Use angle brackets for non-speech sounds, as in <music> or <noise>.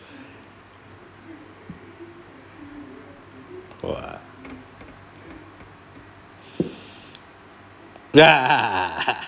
!wah! <laughs>